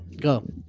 Go